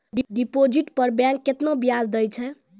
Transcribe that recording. Deposit पर bank केतना ब्याज दै छै?